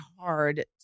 hard